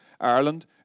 Ireland